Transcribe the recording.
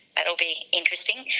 that will be interesting.